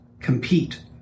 compete